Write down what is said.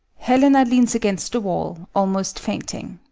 helena leans against the wall, almost fainting.